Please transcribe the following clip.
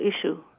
issue